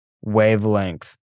wavelength